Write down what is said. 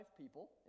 people